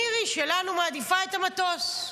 מירי שלנו מעדיפה את המטוס.